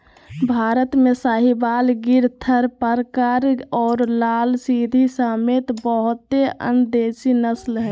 भारत में साहीवाल, गिर थारपारकर और लाल सिंधी समेत बहुते अन्य देसी नस्ल हइ